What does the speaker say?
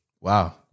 Wow